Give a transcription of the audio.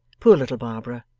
poor little barbara!